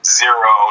zero